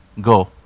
go